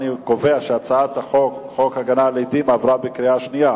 אני קובע שהצעת חוק הגנה על עדים עברה בקריאה שנייה.